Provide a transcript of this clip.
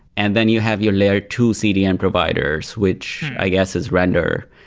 and then you have your layer two cdn providers, which i guess is render.